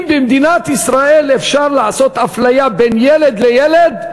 אם במדינת ישראל אפשר להפלות בין ילד לילד,